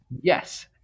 yes